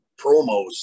promos